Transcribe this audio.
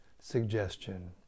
suggestion